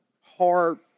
hard